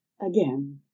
again